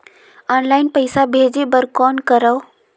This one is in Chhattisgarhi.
ऑनलाइन पईसा भेजे बर कौन करव?